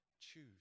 choose